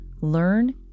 learn